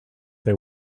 they